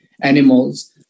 animals